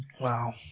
Wow